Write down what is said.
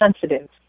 sensitive